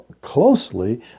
closely